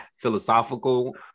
philosophical